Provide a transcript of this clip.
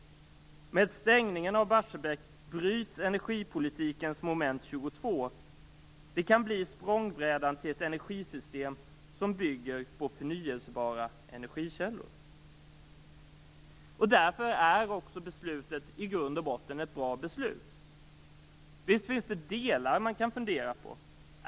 Med stängningen av Barsebäck bryts energipolitikens moment 22. Det kan bli språngbrädan till ett energisystem som bygger på förnybara energikällor. Därför är det ett i grund och botten bra beslut. Visst finns det delar som man kan fundera på.